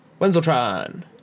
Wenzeltron